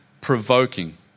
provoking